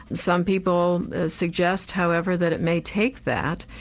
some people suggest however, that it may take that,